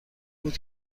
بود